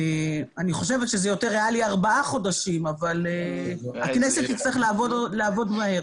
אני חושבת שזה יותר ריאלי ארבעה חודשים אבל הכנסת תצטרך לעבוד מהר.